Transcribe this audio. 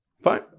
fine